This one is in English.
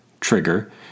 Trigger